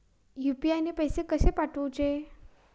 UPI ने पैशे कशे पाठवूचे?